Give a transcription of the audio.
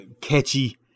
catchy